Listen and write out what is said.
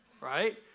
right